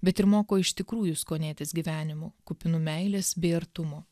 bet ir moko iš tikrųjų skonėtis gyvenimu kupinu meilės bei artumo